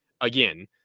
again